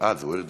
אה, זוהיר דיבר.